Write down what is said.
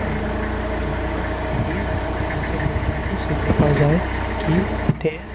मुखार दवरपाक ती आमच्या भुरग्यांकूय शिकोवपाक जाय की तें